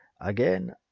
Again